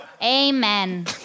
Amen